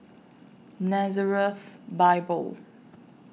Nazareth Bible